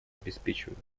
обеспечивают